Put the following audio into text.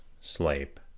sleep